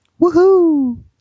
Woohoo